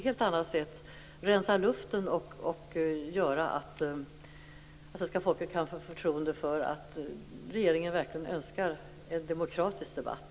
Det skulle rensa luften och göra att svenska folket kan få förtroende för att regeringen verkligen önskar en demokratisk debatt.